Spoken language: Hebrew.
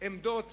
עמדות